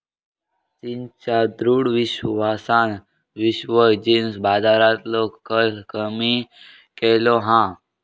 चीनच्या दृढ विश्वासान विश्व जींस बाजारातलो कल कमी केलो हा